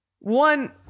One